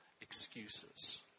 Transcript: excuses